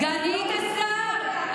סגנית השר,